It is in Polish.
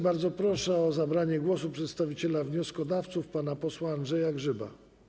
Bardzo proszę o zabranie głosu przedstawiciela wnioskodawców pana posła Andrzeja Grzyba.